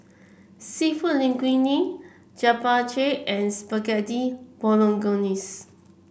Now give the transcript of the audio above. seafood Linguine Japchae and Spaghetti Bolognese